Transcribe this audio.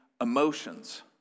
emotions